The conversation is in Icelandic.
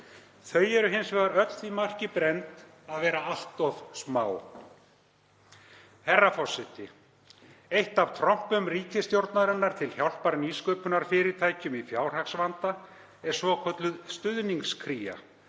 Þau eru hins vegar öll því marki brennd að vera allt of smá. Herra forseti. Eitt af trompum ríkisstjórnarinnar til hjálpar nýsköpunarfyrirtækjum í fjárhagsvanda er svokölluð Stuðnings-Kría,